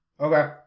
Okay